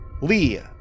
Lee